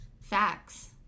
facts